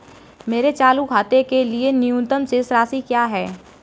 मेरे चालू खाते के लिए न्यूनतम शेष राशि क्या है?